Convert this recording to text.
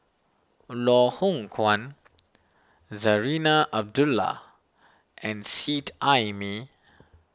Loh Hoong Kwan Zarinah Abdullah and Seet Ai Mee